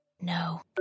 No